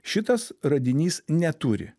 šitas radinys neturi